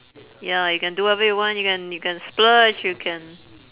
ya you can do whatever you want you can you can splurge you can